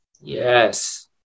Yes